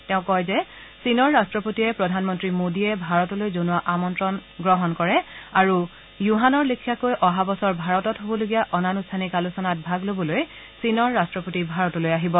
তেওঁ কয় যে চীনৰ ৰট্টপতিয়ে প্ৰধানমন্ত্ৰী মোদীয়ে ভাৰতলৈ জনোৱা আমন্ত্ৰণ গ্ৰহণ কৰে আৰু য়ুহানৰ লেখীয়াকৈ অহা বছৰ ভাৰতত হবলগীয়া অনানুষ্ঠানিক আলোচনাত ভাগ লবলৈ চীনৰ ৰট্টপতি ভাৰতলৈ আহিব